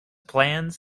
plans